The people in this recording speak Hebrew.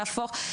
להפוך.